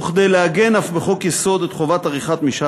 וכדי לעגן אף בחוק-יסוד את חובת עריכת משאל